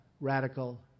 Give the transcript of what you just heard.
radical